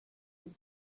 his